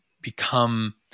become